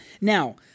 Now